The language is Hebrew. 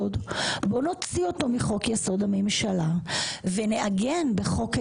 בוא נוציא אותו מחוק יסוד: הממשלה ונעגן בחוקים